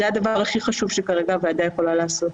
זה הדבר הכי חשוב שכרגע הוועדה יכולה לעשות.